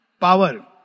power